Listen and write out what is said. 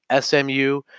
SMU